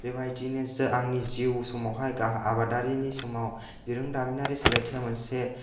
बेबायदिनो जों आंनि जिउ समावहाय गाहाय आबादारिनि समाव बिरोंदामिनारि सोलायथाया मोनसे